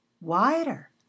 wider